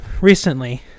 recently